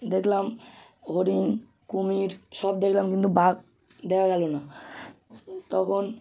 দেখলাম হরিণ কুমির সব দেখলাম কিন্তু বাঘ দেখা গেলো না তখন